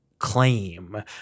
claim